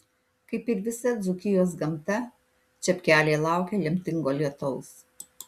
kaip ir visa dzūkijos gamta čepkeliai laukia lemtingo lietaus